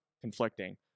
conflicting